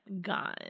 gone